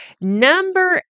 number